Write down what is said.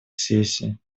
сессий